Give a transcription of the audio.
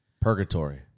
purgatory